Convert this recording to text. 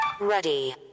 Ready